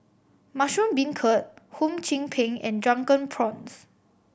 mushroom beancurd Hum Chim Peng and Drunken Prawns